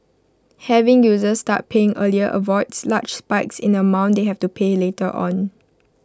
having users start paying earlier avoids large spikes in the amount they have to pay later on